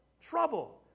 trouble